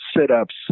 sit-ups